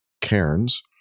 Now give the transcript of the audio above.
Cairns